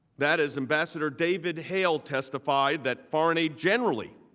that as ambassador david hale testified that foreign aid generally,